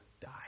die